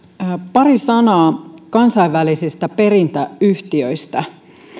pari sanaa kansainvälisistä perintäyhtiöistä